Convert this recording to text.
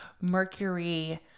Mercury